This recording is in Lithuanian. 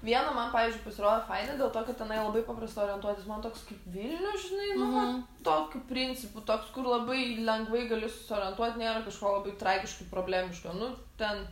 viena man pavyzdžiui pasirodė faina dėl to kad tenai labai paprasta orientuotis man toks kaip vilnius žinai nu va tokiu principu toks kur labai lengvai gali suorientuot nėra kažko labai tragiškai problemiško nu ten